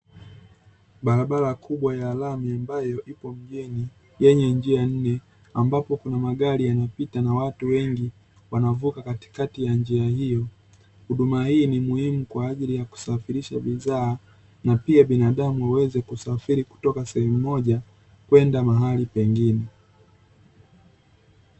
Barabara kubwa ya lami ambayo ipo mjini, yenye njia nne ambapo kuna magari yanapita na watu wengi wanavuka katikati ya njia hiyo. Huduma hii ni muhimu kwa ajili ya kusafirisha bidhaa, na pia binadamu waweze kusafiri kutoka sehemu moja, kwenda mahali pengine.